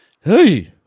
Hey